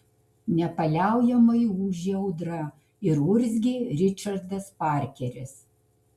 nepaliaujamai ūžė audra ir urzgė ričardas parkeris